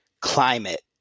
climate